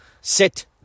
sit